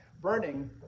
burning